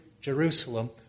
Jerusalem